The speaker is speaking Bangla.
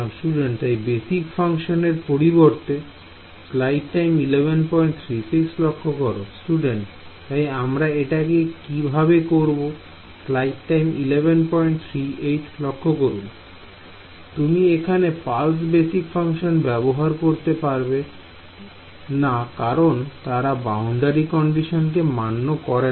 Student তাই বেসিক ফাংশন এর পরিবর্তে Student তাই আমরা এটাকে কিভাবে করব তুমি এখানে পালস বেসিক ফাংশন ব্যবহার করতে পারবে না কারণ তারা বাউন্ডারি কন্ডিশনকে মান্য করে না